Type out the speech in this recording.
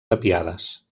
tapiades